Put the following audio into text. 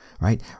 right